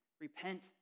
Repent